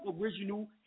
original